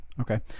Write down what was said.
Okay